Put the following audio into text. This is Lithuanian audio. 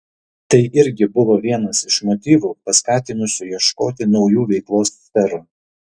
tai irgi buvo vienas iš motyvų paskatinusių ieškoti naujų veiklos sferų